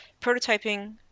prototyping